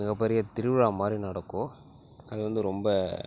மிகப் பெரிய திருவிழா மாதிரி நடக்கும் அது வந்து ரொம்ப